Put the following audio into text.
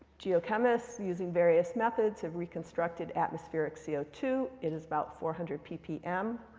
geochemists, using various methods, have reconstructed atmospheric c o two. it is about four hundred ppm,